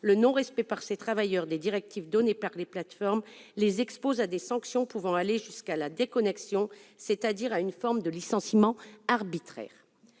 le non-respect par ces travailleurs des directives données par les plateformes les expose à des sanctions pouvant aller jusqu'à la déconnexion, c'est-à-dire à une forme de licenciement arbitraire.